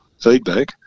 feedback